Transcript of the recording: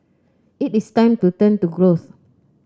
it is time to turn to growth